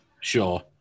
Sure